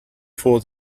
for